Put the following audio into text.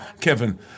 Kevin